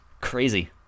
crazy